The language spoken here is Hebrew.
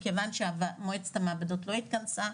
מכיוון שמועצת המעבדות לא התכנסה,